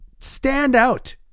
standout